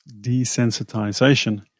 desensitization